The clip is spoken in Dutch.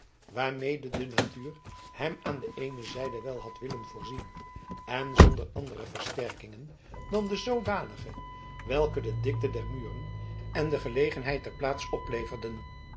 waarmede de natuur hem aan de eene zijde wel had willen voorzien en zonder andere versterkingen dan de zoodanige welke de dikte der muren en de gelegenheid der plaats opleverden